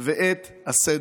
ואת הסדר.